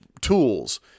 tools